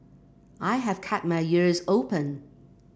I have kept my ears open